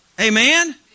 Amen